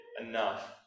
enough